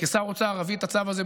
כשר האוצר אביא את הצו הזה,